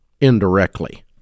indirectly